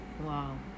Wow